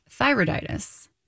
thyroiditis